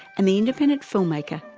and the independent film maker,